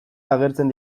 agertzen